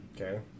Okay